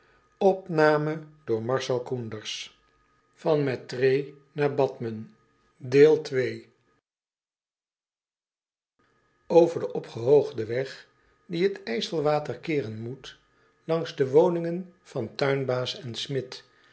over den opgehoogden weg die het ijselwater keeren moet langs de woningen van tuinbaas en smid